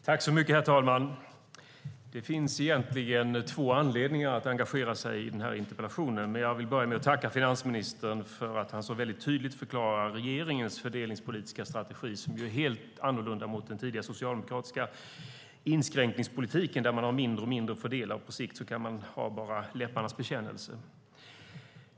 Herr talman! Det finns egentligen två anledningar till att jag engagerar mig i denna interpellationsdebatt. Jag vill börja med att tacka finansministern för att han så tydligt förklarar regeringens fördelningspolitiska strategi, som är helt annorlunda jämfört med den tidigare socialdemokratiska inskränkningspolitiken, där man får mindre och mindre att fördela och på sikt bara kan ha läpparnas bekännelse kvar.